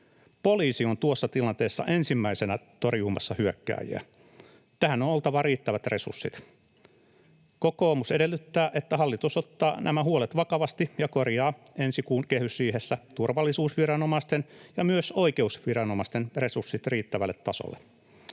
Poliisi on tuossa tilanteessa ensimmäisenä torjumassa hyökkääjiä. Tähän on oltava riittävät resurssit. Kokoomus edellyttää, että hallitus ottaa nämä huolet vakavasti ja korjaa ensi kuun kehysriihessä turvallisuusviranomaisten ja myös oikeusviranomaisten resurssit riittävälle tasolle.